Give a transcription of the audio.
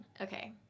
Okay